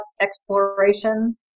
exploration